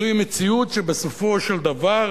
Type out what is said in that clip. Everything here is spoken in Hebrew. זוהי מציאות שבסופו של דבר,